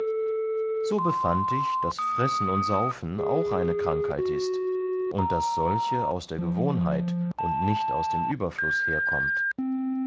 so befand ich daß fressen und saufen auch eine krankheit ist und daß solche aus der gewohnheit und nicht aus dem überfluß herkommt